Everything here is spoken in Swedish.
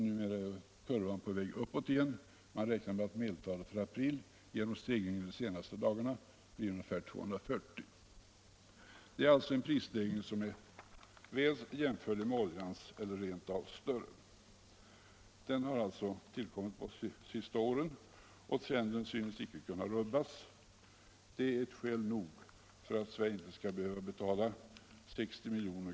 Nu är kurvan på väg uppåt igen; man räknar med att medeltalet i april genom prisstegringen de senaste dagarna blir ungefär 240. Det är alltså en prisstegring som är väl jämförlig med oljans eller rentav större. Den har alltså inträffat under de senaste åren, och trenden synes inte kunna rubbas. Det är skäl nog att Sverige inte skall betala 60 milj.